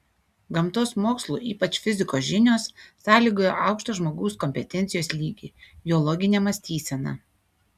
gamtos mokslų ypač fizikos žinios sąlygoja aukštą žmogaus kompetencijos lygį jo loginę mąstyseną